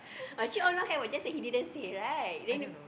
actually all now have lah just that he didn't say right then